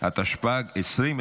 התשפ"ג 2023,